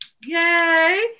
yay